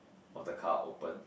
or the car open